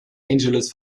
angeles